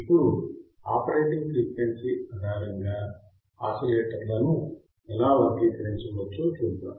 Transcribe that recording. ఇప్పుడు operating frequency ఆధారంగా ఆసిలేటర్లను ఎలా వర్గీకరించవచ్చో చూద్దాం